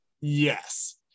Yes